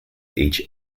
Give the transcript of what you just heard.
each